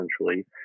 essentially